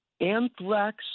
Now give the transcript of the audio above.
anthrax